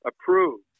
approved